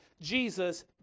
Jesus